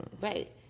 right